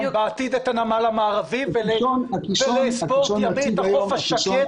בעתיד את הנמל המערבי ולספורט ימי את החוף השקט.